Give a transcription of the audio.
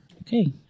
Okay